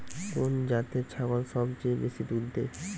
কোন জাতের ছাগল সবচেয়ে বেশি দুধ দেয়?